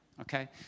okay